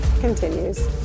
continues